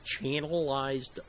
channelized